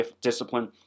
discipline